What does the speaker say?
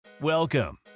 Welcome